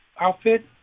outfit